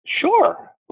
sure